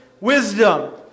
wisdom